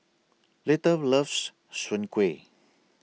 Little loves Soon Kuih